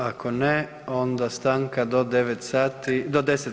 Ako ne onda stanka do 10: